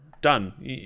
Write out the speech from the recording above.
Done